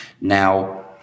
Now